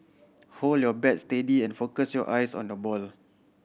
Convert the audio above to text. hold your bat steady and focus your eyes on the ball